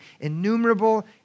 innumerable